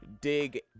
Dig